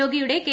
രോഗിയുടെ കെ